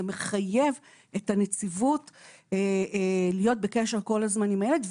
מחייב את הנציבות להיות בקשר כל הזמן עם הילד,